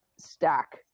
stack